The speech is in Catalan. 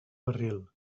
barril